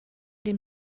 den